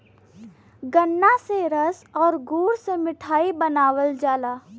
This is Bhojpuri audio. गन्रा से रस आउर गुड़ मिठाई बनावल जाला